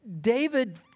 David